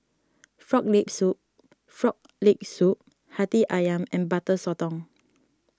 Frog Leg Soup Frog Leg Soup Hati Ayam and Butter Sotong